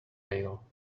pail